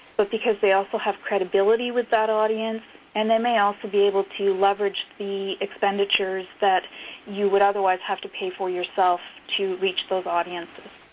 but because they also have credibility with that audience and they may also be able to leverage the expenditures that you would otherwise have to pay for yourself to reach those audiences.